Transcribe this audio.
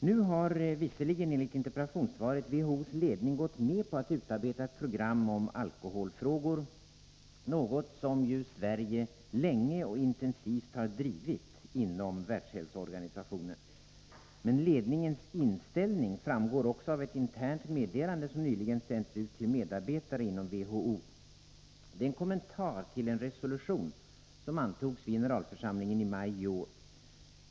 Nu har visserligen enligt interpellationssvaret WHO:s ledning gått med på att utarbeta ett program om alkoholfrågor, något som Sverige ju länge och intensivt har drivit inom Världshälsoorganisationen. Men ledningens inställning framgår också av ett internt meddelande som nyligen sänts ut till medarbetare inom WHO. Det är en kommentar till en resolution som antogs vid generalförsamlingen i maj i år.